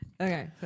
Okay